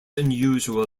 unusual